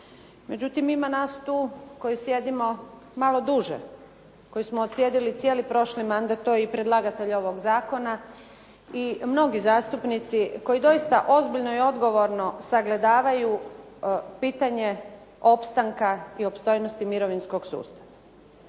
Međutim, ima nas tu koji sjedimo malo duže, koji smo odsjedili cijeli prošli mandat, to je i predlagatelj ovog zakona i mnogi zastupnici koji doista ozbiljno i odgovorno sagledavaju pitanje opstanka i opstojnosti mirovinskog sustava.